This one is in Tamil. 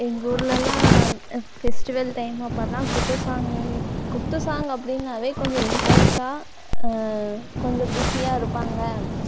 எங்கள் ஊர்லெலாம் ஃபெஸ்டிவல் டைம் அப்பெல்லாம் குத்து சாங் குத்து சாங் அப்படினாவே கொஞ்சம் இன்டெரஸ்ட்டாக கொஞ்சம் குஷியா இருப்பாங்க